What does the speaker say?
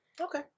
Okay